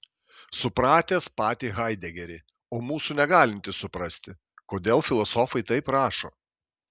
supratęs patį haidegerį o mūsų negalintis suprasti kodėl filosofai taip rašo